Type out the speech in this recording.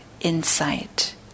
insight